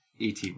ET